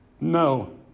No